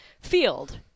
field